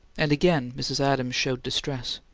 and again mrs. adams showed distress.